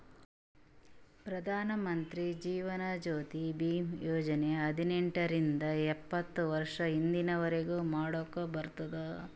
ಪ್ರಧಾನ್ ಮಂತ್ರಿ ಜೀವನ್ ಜ್ಯೋತಿ ಭೀಮಾ ಯೋಜನಾ ಹದಿನೆಂಟ ರಿಂದ ಎಪ್ಪತ್ತ ವರ್ಷ ಇದ್ದವ್ರಿಗಿ ಮಾಡಾಕ್ ಬರ್ತುದ್